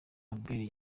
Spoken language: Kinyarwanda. albert